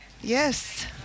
Yes